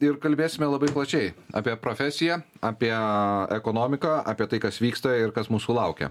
ir kalbėsime labai plačiai apie profesiją apie ekonomiką apie tai kas vyksta ir kas mūsų laukia